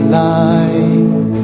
light